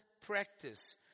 practice